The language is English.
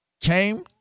came